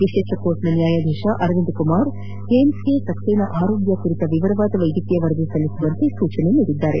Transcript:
ವಿಶೇಷ ನ್ಯಾಯಾಲಯದ ನ್ಯಾಯಾಧೀಶ ಅರವಿಂದ್ ಕುಮಾರ್ ಏಮ್ಸ್ಗೆ ಸಕ್ಸೇನಾ ಆರೋಗ್ಯ ಕುರಿತ ವಿವರವಾದ ವೈದ್ಯಕೀಯ ವರದಿ ಸಲ್ಲಿಸುವಂತೆ ಸೂಚಿಸಿದ್ದಾರೆ